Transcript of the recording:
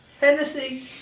hennessy